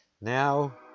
now